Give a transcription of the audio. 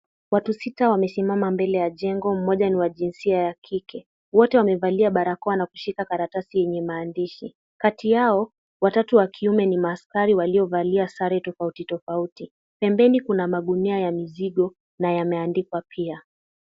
Watu sita wamesimama mbele ya jengo. Mmoja ni wa jinsia ya kike. Wote wamevalia barakoa na kushika karatasi yenye maandishi. Kati yao, watatu wa kiume ni maaskari waliovalia sare tofauti tofauti. Pembeni kuna magunia ya mizigo na yameandikwa pia.